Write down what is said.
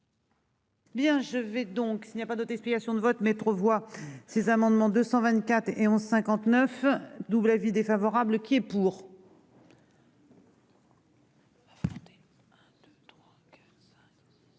Bien je vais donc il n'y a pas d'autre explication de vote. Métro voit ces amendements, 224 et 11, 59 double avis défavorable qui est pour.